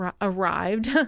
arrived